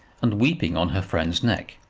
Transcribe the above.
and weeping on her friend's neck.